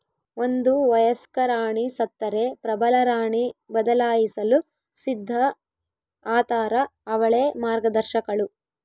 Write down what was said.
ಒಂದು ವಯಸ್ಕ ರಾಣಿ ಸತ್ತರೆ ಪ್ರಬಲರಾಣಿ ಬದಲಾಯಿಸಲು ಸಿದ್ಧ ಆತಾರ ಅವಳೇ ಮಾರ್ಗದರ್ಶಕಳು